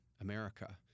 America